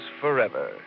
forever